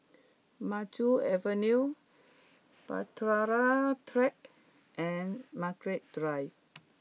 Maju Avenue Bahtera Track and Margaret Drive